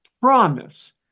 promise